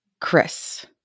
Chris